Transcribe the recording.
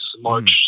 March